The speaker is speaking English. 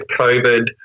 COVID